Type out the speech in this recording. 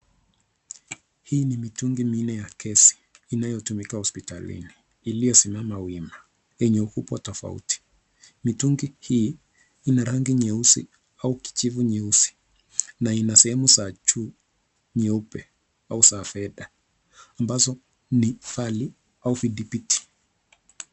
Hii ni mitungi minne ya gesi inayotumika hospitalini, iliyosimama wima, yenye ukubwa tofauti. Mitungi hii ina rangi nyeusi au kijivu nyeusi na ina sehwmu za juu nyeupe au za fedha ambazo ni vali au vidividi.